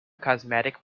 cosmetic